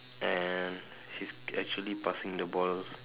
and he's actually passing the ball